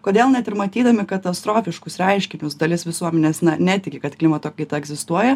kodėl net ir matydami katastrofiškus reiškinius dalis visuomenės netiki kad klimato kaita egzistuoja